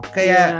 Kaya